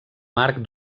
marc